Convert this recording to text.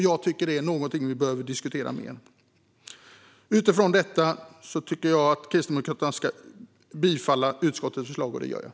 Jag tycker att det är något vi behöver diskutera mer. Utifrån detta yrkar jag bifall till utskottets förslag.